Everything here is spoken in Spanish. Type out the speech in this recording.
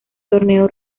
torneo